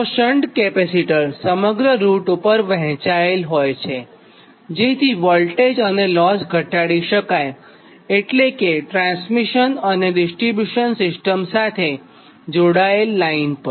અને shunt capacitor સમગ્ર route ઉપર વહેંચાયેલ હોય છે જેથી વોલ્ટેજ અને લોસ ઘટાડી શકાયએટલે કે ટ્રાન્સમિશન અને ડિસ્ટ્રીબ્યુશન સિસ્ટમ સાથે જોડાયેલ લાઈન પર